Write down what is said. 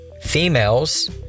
females